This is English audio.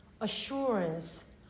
assurance